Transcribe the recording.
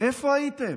איפה הייתם?